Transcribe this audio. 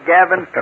Gavin